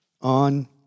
on